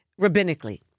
rabbinically